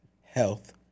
health